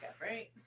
right